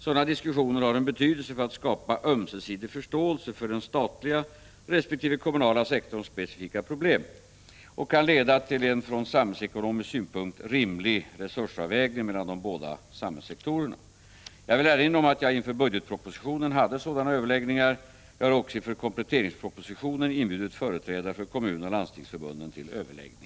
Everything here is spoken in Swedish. Sådana diskussioner har en betydelse för att skapa ömsesidig förståelse för den statliga resp. kommunala sektorns specifika problem och kan leda till en, från samhällsekonomisk synpunkt, rimlig resursavvägning mellan de båda samhällssektorerna. Jag vill erinra om att jag inför budgetpropositionen hade sådana överläggningar. Jag har också inför kompletteringspropositionen inbjudit företrädare för kommunoch landstingsförbunden till överläggning.